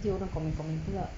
nanti orang comment comment pula